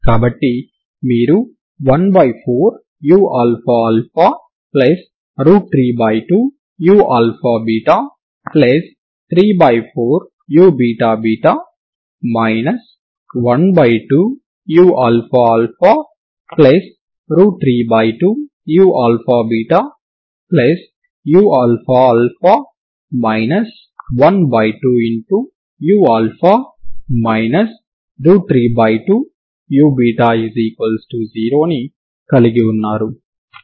కాబట్టి మీరు 14uαα32uαβ34uββ 12uαα32uαβuαα 12u 32u0ని కలిగి ఉన్నారు